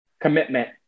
commitment